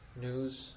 news